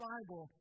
Bible